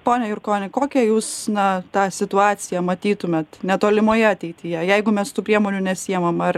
pone jurkoni kokia jūs na tą situaciją matytumėt netolimoje ateityje jeigu mes tų priemonių nesiemam ar